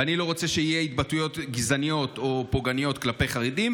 ואני לא רוצה שיהיו התבטאויות גזעניות או פוגעניות כלפי חרדים,